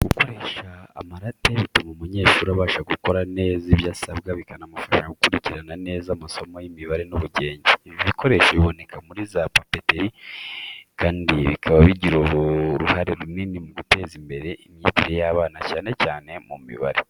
Gukoresha amarate bituma umunyeshuri abasha gukora neza ibyo asabwa, bikanamufasha gukurikirana neza amasomo y’imibare n’ubugenge. Ibi bikoresho biboneka muri za papeteri kandi bikaba bigira uruhare runini mu guteza imbere imyigire y’abana cyane cyane mu mibare.